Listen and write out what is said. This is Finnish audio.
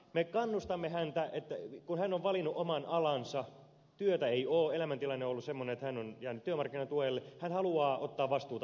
me kannustamme häntä että kun hän on valinnut oman alansa työtä ei ole elämäntilanne on ollut semmoinen että hän on jäänyt työmarkkinatuelle hän haluaa ottaa vastuuta itsestään